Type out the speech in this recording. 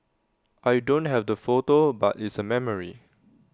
I don't have the photo but it's A memory